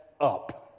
up